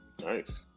Nice